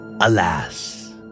Alas